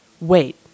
Wait